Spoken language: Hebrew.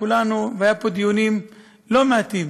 והיו פה דיונים לא מעטים